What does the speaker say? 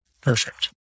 Perfect